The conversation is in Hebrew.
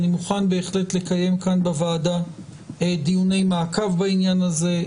אני מוכן בהחלט לקיים כאן בוועדה דיוני מעקב בעניין הזה.